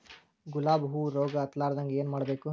ಗುಲಾಬ್ ಹೂವು ರೋಗ ಹತ್ತಲಾರದಂಗ ಏನು ಮಾಡಬೇಕು?